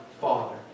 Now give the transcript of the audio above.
father